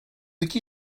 iki